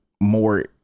More